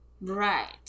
Right